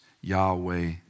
Yahweh